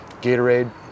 Gatorade